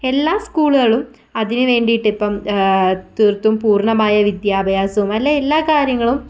എല്ലാ സ്കൂളുകളും അതിന് വേണ്ടിയിട്ട് ഇപ്പം തീർത്തും പൂർണ്ണമായ വിദ്യഭ്യാസവും അല്ലെങ്കിൽ എല്ലാ കാര്യങ്ങളും